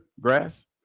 grass